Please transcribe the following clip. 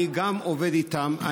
אני גם עובד איתם.